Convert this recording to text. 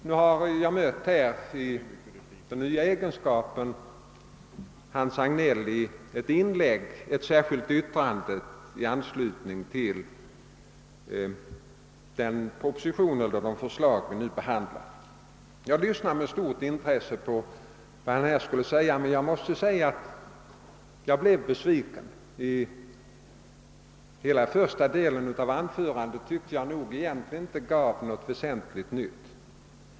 Nu har jag i min nya egenskap av inrikesminister mött Hans Hagnell i ett särskilt yttrande i anslutning till de förslag vi i dag behandlar. Jag lyssnade med stort intresse på vad han här sade, men jag måste erkänna att jag blev besviken. Hela första delen av hans anförande gav enligt min mening inte något väsentligt nytt.